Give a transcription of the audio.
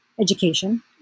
education